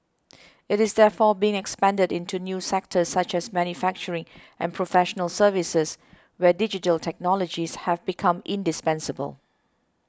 it is therefore being expanded into new sectors such as manufacturing and professional services where digital technologies have become indispensable